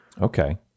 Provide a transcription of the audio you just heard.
Okay